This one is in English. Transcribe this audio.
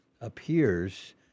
appears